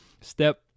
Step